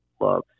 loves